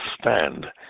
stand